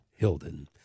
Hilden